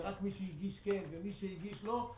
שרק מי שהגיש כן ומי שהגיש לא,